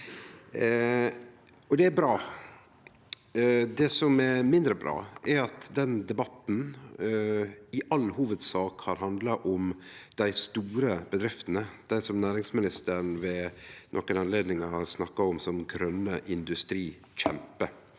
Det som er mindre bra, er at den debatten i all hovudsak har handla om dei store bedriftene, dei som næringsministeren ved nokre anledningar har snakka om som grøne industrikjemper.